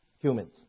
humans